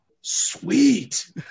Sweet